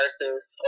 versus